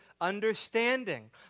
understanding